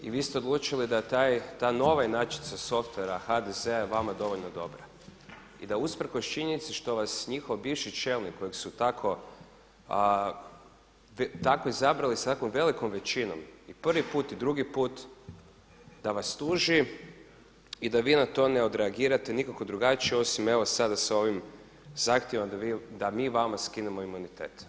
I vi ste odlučili da ta nova inačica softwera HDZ-a je vama dovoljno dobra, i da usprkos činjenici što vas njihov bivši čelnik kojeg su tako izabrali sa tako velikom većinom i prvi put, i drugi put da vas tuži i da vi na to neodreagirate nikako drugačije osim evo sada s ovim zahtjevom da mi vama skinemo imunitet.